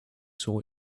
saw